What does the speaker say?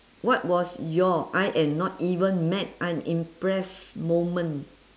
what was your I am not even mad I'm impressed moment